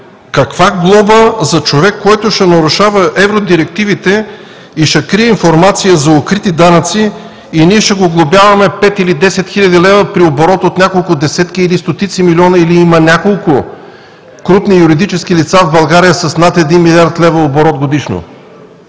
каква глоба за човек, който ще нарушава евродирективите и ще крие информация за укрити данъци, и ние ще го глобяваме 5000 или 10 000 лв. при оборот от няколко десетки или стотици милиона, или има няколко крупни юридически лица в България с над 1 милиард лева оборот годишно?